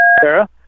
Sarah